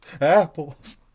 Apples